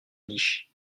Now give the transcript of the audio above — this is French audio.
niche